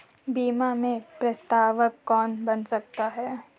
बीमा में प्रस्तावक कौन बन सकता है?